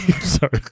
Sorry